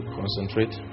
concentrate